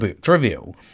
trivial